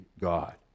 God